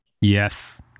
Yes